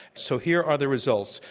so here are the results.